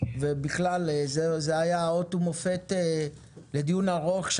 ובכלל זה היה אות ומופת לדיון ארוך,